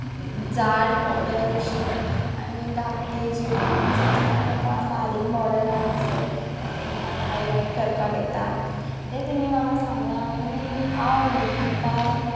झाड बॉडर अशी आनी धाकटी जीं ड्रॉइंग्स आसता ताका बारीक बॉर्डरान अशें हायलायट करपाक येता तेे तेणी म्हाका सांगलां आनी हांव युट्युबार